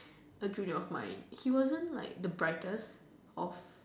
a junior of mine he wasn't like the brightest of